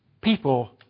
people